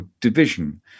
division